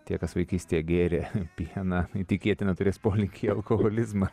tie kas vaikystėje gėrė pieną tikėtina turės polinkį į alkoholizmą